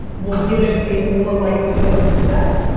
will give it a more likelihood of success?